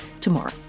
tomorrow